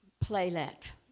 playlet